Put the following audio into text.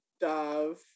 dove